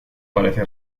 parece